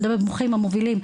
אני מדברת מומחים המובילים,